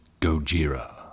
Gojira